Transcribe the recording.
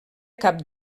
cap